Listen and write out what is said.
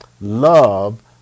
love